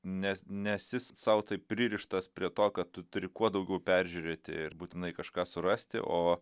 ne nesi sau taip pririštas prie to kad tu turi kuo daugiau peržiūrėti ir būtinai kažką surasti o